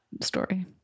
story